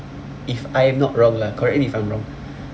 if I am not wrong lah correct me if I'm wrong